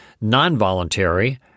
non-voluntary